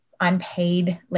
unpaid